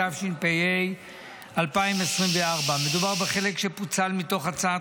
התשפ"ה 2024. מדובר בחלק שפוצל מתוך הצעת